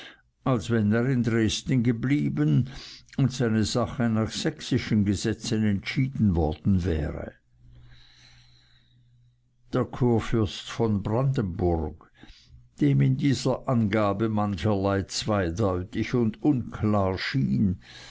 als wenn er in dresden geblieben und seine sache nach sächsischen gesetzen entschieden worden wäre der kurfürst von brandenburg dem in dieser angabe mancherlei zweideutig und unklar schien